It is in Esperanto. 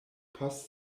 post